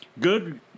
good